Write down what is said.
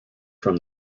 from